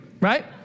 right